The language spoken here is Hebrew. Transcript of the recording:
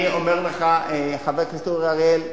אני אומר לך, חבר הכנסת אורי אריאל,